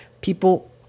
people